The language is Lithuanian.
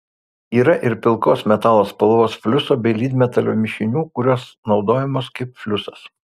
yra ir pilkos metalo spalvos fliuso bei lydmetalio mišinių kurios naudojamos kaip fliusas